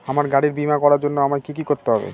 আমার গাড়ির বীমা করার জন্য আমায় কি কী করতে হবে?